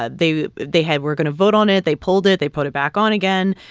ah they they had we're going to vote on it. they pulled it. they put it back on again.